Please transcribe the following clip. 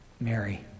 Mary